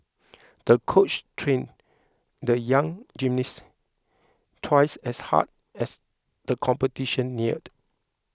the coach trained the young gymnast twice as hard as the competition neared